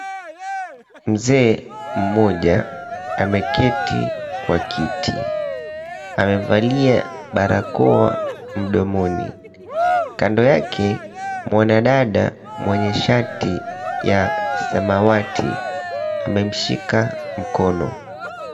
Mzee mmoja ameketi kwa kiti. Amevalia barakoa mdomoni. Kando yake mwanadada mwenye shati ya samawati amemshika mkono.